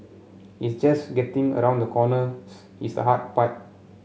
it's just getting around the corners its a hard part